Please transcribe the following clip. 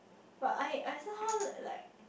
but I I somehow like